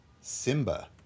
Simba